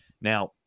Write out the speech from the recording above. Now